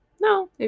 no